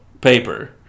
paper